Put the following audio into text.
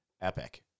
epic